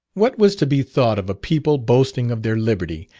what was to be thought of a people boasting of their liberty,